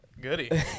Goody